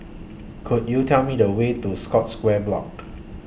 Could YOU Tell Me The Way to Scotts Square Block